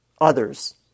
others